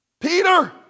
Peter